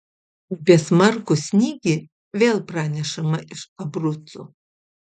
apie smarkų snygį vėl pranešama iš abrucų